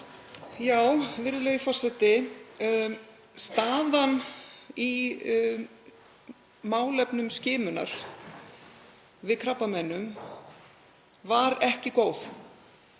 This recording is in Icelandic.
Virðulegi forseti. Staðan í málefnum skimunar við krabbameinum var ekki góð.